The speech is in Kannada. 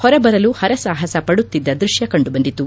ಹೊರಬರಲು ಹರ ಸಾಹಸ ಪಡುತ್ತಿದ್ದ ದೃಷ್ಠ ಕಂಡುಬಂದಿತು